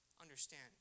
Understand